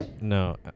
no